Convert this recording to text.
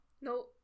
No